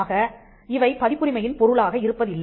ஆக இவை பதிப்புரிமையின் பொருளாக இருப்பதில்லை